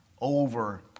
over